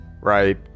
right